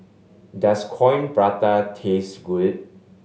does Coin Prata taste good